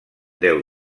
deu